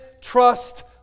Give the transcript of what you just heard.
trust